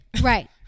Right